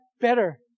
better